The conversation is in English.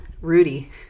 Rudy